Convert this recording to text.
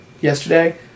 yesterday